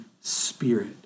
spirit